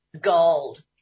gold